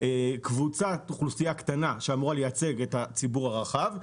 קבוצת אוכלוסייה קטנה שאמורה לייצג את הציבור הרחב.